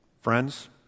Friends